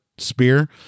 spear